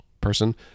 person